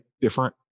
different